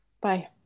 Bye